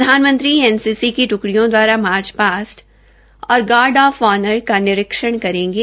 प्रधानमंत्री एनसीससी की ट्डियों दवारा मार्च पास्ट और गार्ड ऑफ ऑनर का निरीक्षण करेंगे